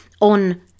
on